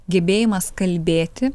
gebėjimas kalbėti